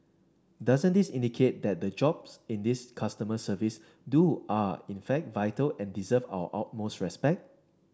doesn't this indicate that the jobs in these customer service do are in fact vital and deserve our utmost respect